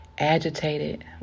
Agitated